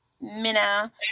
Minna